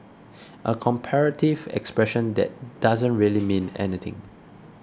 a comparative expression that doesn't really mean anything